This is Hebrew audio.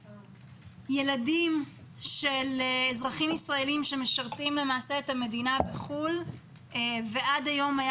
ילדים של אזרחים ישראלים שמשרתים את המדינה בחו"ל ועד היום היה